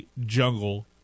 jungle